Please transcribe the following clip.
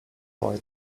boy